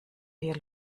hier